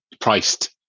priced